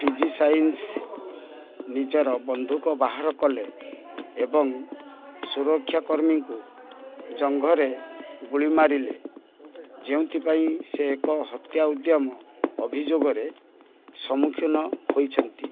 ଫିଜିସାଇନ୍ସ୍ ନିଜର ବନ୍ଧୁକ ବାହାର କଲେ ଏବଂ ସୁରକ୍ଷାକର୍ମୀଙ୍କୁ ଜଙ୍ଘରେ ଗୁଳି ମାରିଲେ ଯେଉଁଥିପାଇଁ ସେ ଏକ ହତ୍ୟା ଉଦ୍ୟମ ଅଭିଯୋଗରେ ସମ୍ମୁଖୀନ ହୋଇଛନ୍ତି